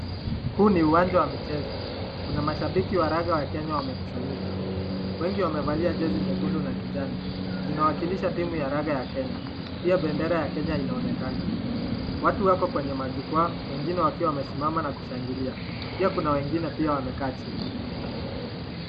Huu ni uwanja wa michezo ,kuna mashabiki wa raga wa Kenya wamekusanyika wengi wamevalia jezi nyekundu na kijani inawakilisha timu ya raga ya Kenya pia bendera ya Kenya inaonekana ,watu wako kwenye majukwaa wengine wakiwa wamesimama na kushangilia pia kuna wengine pia wamekaa chini.